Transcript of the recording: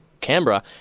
Canberra